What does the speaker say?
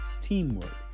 Teamwork